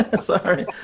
sorry